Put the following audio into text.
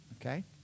Okay